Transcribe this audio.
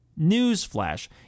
Newsflash